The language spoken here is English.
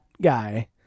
guy